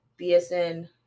BSN